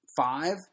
five